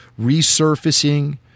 resurfacing